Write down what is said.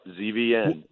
ZVN